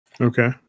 Okay